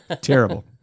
Terrible